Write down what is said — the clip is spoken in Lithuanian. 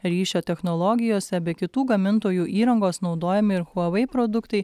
ryšio technologijose be kitų gamintojų įrangos naudojami ir huawei produktai